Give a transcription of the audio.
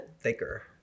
thicker